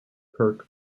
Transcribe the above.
kirk